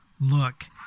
look